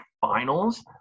finals